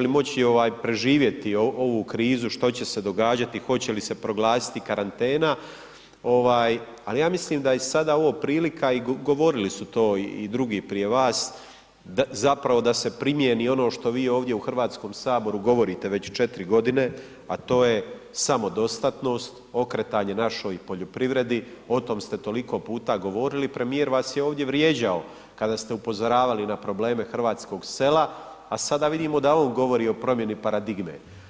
li moći ovaj preživjeti ovu krizu, što će se događati, hoće li se proglasiti karantena ovaj, ali ja mislim da je sada ovo prilika i govorili su to i drugi prije vas, zapravo da se primjeni ono što vi ovdje u Hrvatskom saboru govorite već 4 godine, a to je samodostatnost, okretanje našoj poljoprivredi o tom ste toliko puta govorili, premijer vas je ovdje vrijeđao kada ste upozoravali na probleme hrvatskog sela, a sada vidimo da on govori o promjeni paradigme.